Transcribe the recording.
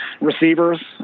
Receivers